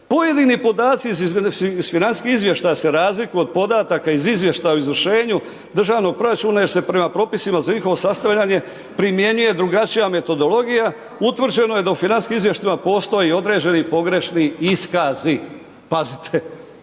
pojedini podaci iz financijskih izvještaja se razlikuju od podataka iz izvještaja o izvršenju državnog proračuna jer se prema propisima za njihovo sastavljanje primjenjuje drugačija metodologija, utvrđeno je da u financijskim izvještajima postoji određeni pogrešni iskazi, pazite,